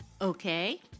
Okay